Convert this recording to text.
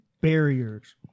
Barriers